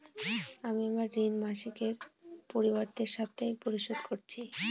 আমি আমার ঋণ মাসিকের পরিবর্তে সাপ্তাহিক পরিশোধ করছি